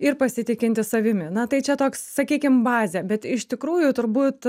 ir pasitikintis savimi na tai čia toks sakykim bazė bet iš tikrųjų turbūt